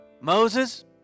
Moses